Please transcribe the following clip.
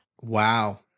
Wow